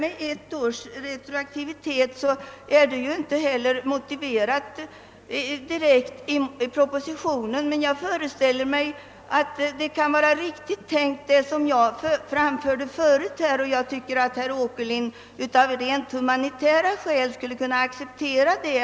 Den ettåriga retroaktiviteten är inte direkt motiverad i propositionen, men jag föreställer mig att det som jag tidigare anförde var riktigt. Jag tycker att herr Åkerlind skulle kunna acceptera dessa rent humanitära skäl.